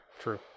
true